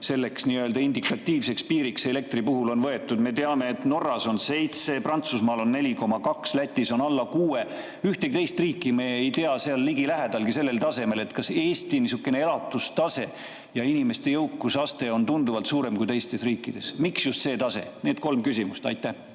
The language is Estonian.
selleks indikatiivseks piiriks elektri puhul võetud? Me teame, et Norras on 7, Prantsusmaal on 4,2 ja Lätis on alla 6. Ühtegi teist riiki me ei tea, [kes oleks] ligilähedalgi sellele tasemele. Kas Eesti inimeste elatustase, jõukusaste on tunduvalt suurem kui teistes riikides? Miks just selline tase? Need kolm küsimust. Taavi